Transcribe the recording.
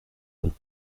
und